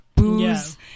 Booze